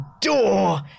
Door